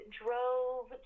drove